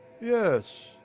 Yes